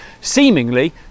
seemingly